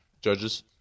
judges